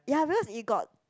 ya because it got